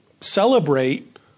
celebrate